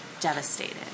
devastated